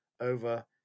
over